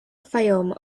fayoum